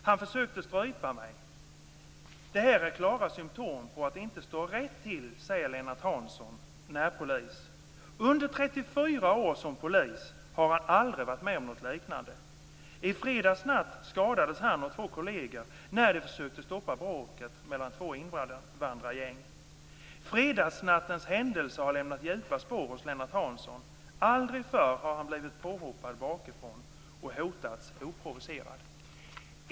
Han försökte strypa mig! Det här är klara symptom på att det inte står rätt till, säger Lennart Under 34 år som polis har han aldrig varit med om något liknande. I fredags natt skadades han och två kollegor när de försökte stoppa bråket mellan två invandrargäng. Fredagsnattens händelser har lämnat djupa spår hos Lennart Hansson. Aldrig förr har han blivit påhoppad bakifrån och hotats oprovocerat."